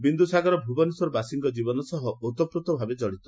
ବିଦୁସାଗର ଭୁବନେଶ୍ୱରବାସୀଙ୍କ ଜୀବନ ସହ ଓତଃପ୍ରୋତଭାବେ କଡିତ